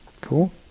Cool